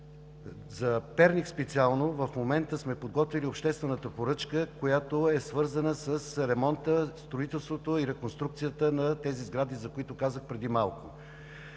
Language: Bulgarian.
За Перник специално в момента сме подготвили обществената поръчка, която е свързана с ремонта, строителството и реконструкцията на тези сгради, за които казах преди малко.